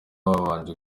babanje